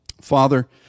Father